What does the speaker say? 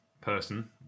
person